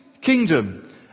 kingdom